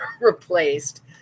replaced